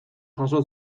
jaso